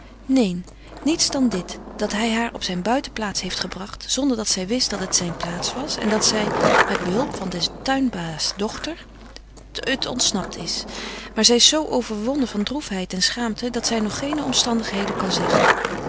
neen niets dan dit dat hy haar op zyn buitenplaats heeft gebragt zonder dat zy wist dat het zyn plaats was en dat zy met behulp van des tuinbaas dochter t ontsnapt is maar zy is zo overwonnen van droefheid en schaamte dat zy nog geene omstandigheden kan zeggen